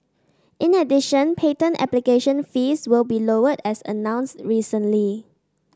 in addition patent application fees will be lowered as announced recently